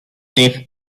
tych